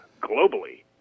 globally